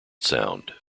sound